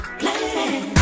plan